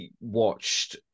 watched